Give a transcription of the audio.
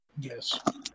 Yes